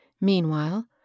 Meanwhile